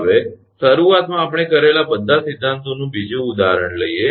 હવે શરૂઆતમાં આપણે કરેલા બધા સિદ્ધાંતોનું બીજું ઉદાહરણ લઈએ